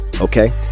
okay